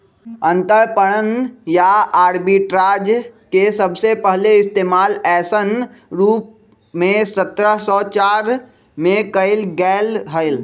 अंतरपणन या आर्बिट्राज के सबसे पहले इश्तेमाल ऐसन रूप में सत्रह सौ चार में कइल गैले हल